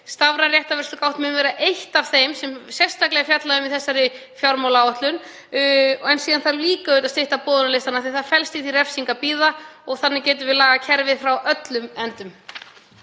Stafræn réttarvörslugátt verður eitt af því sem sérstaklega er fjallað um í þessari fjármálaáætlun. En síðan þarf líka að stytta boðunarlistann af því að það felst í því refsing að bíða. Þannig getum við lagað kerfið frá öllum endum.